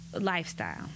lifestyle